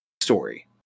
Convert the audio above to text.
story